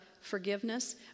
forgiveness